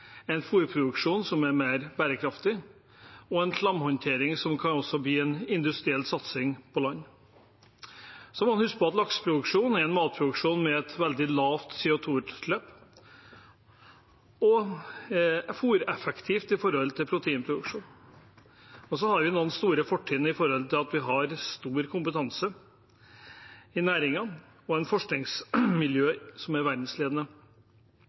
en fôrproduksjon som er mer bærekraftig, og en slamhåndtering som også kan bli en industriell satsing på land. Så må man huske på at lakseproduksjon er en matproduksjon med veldig lave CO 2 -utslipp og fôreffektivt med tanke på proteinproduksjon. Vi har noen store fortrinn med tanke på at vi har stor kompetanse i næringen og et forskningsmiljø som er verdensledende.